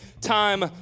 time